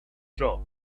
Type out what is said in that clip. job